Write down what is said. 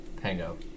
Pango